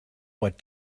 what